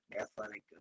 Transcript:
athletic